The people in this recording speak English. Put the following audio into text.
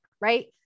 right